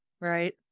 right